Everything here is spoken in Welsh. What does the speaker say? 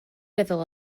feddwl